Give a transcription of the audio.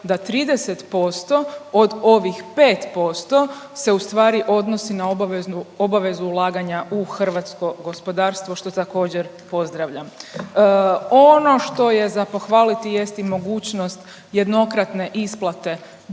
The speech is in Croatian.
da 30% od ovih 5% se ustvari odnosi na obaveznu, obavezu ulaganja u hrvatsko gospodarstvo, što također pozdravljam. Ono što je za pohvaliti jest i mogućnost jednokratne isplate do